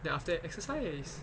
then after exercise